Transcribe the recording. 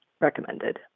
recommended